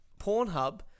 Pornhub